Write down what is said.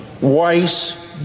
Weiss